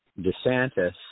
DeSantis